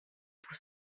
pour